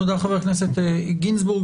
תודה, חבר הכנסת גינזבורג.